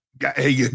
Hey